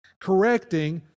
correcting